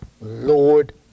Lord